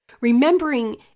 Remembering